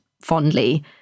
fondly